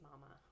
mama